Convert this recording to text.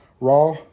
raw